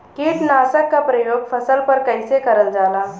कीटनाशक क प्रयोग फसल पर कइसे करल जाला?